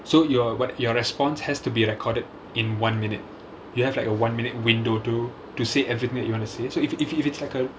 so your what your response has to be recorded in one minute you have like a one minute window to to say everything that you wanna say so if if if it's like a